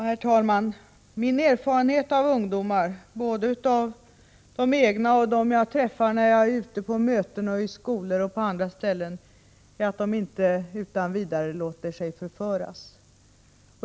Herr talman! Min erfarenhet av ungdomar — både av mina egna och av dem som jag träffar när jag är ute på möten, i skolor och andra ställen — är att de inte utan vidare låter sig förföras.